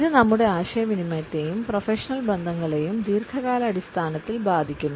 ഇത് നമ്മുടെ ആശയവിനിമയത്തെയും പ്രൊഫഷണൽ ബന്ധങ്ങളെയും ദീർഘകാലാടിസ്ഥാനത്തിൽ ബാധിക്കുന്നു